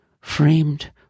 framed